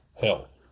hell